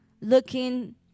looking